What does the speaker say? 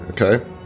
okay